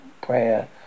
prayer